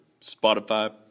Spotify